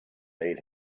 made